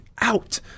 Out